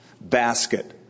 basket